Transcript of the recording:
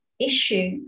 issue